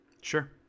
sure